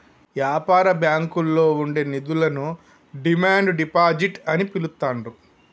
యాపార బ్యాంకుల్లో ఉండే నిధులను డిమాండ్ డిపాజిట్ అని పిలుత్తాండ్రు